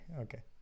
okay